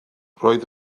roedd